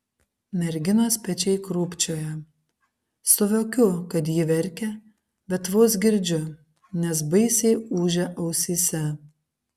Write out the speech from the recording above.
merginos pečiai krūpčioja suvokiu kad ji verkia bet vos girdžiu nes baisiai ūžia ausyse